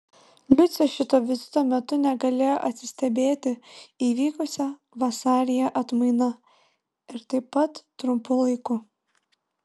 liucė šito vizito metu negalėjo atsistebėti įvykusia vasaryje atmaina ir tai taip trumpu laiku